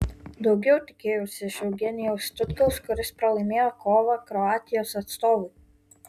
daugiau tikėjausi iš eugenijaus tutkaus kuris pralaimėjo kovą kroatijos atstovui